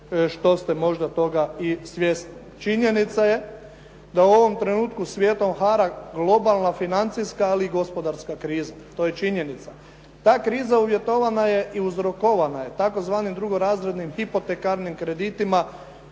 što ste možda toga i svjesni. Činjenica je da u ovom trenutku svijetom hara globalna financijska, ali i gospodarska kriza, to je činjenica. Ta kriza uvjetovana je i uzrokovana je tzv. drugorazrednim hipotekarnim kreditima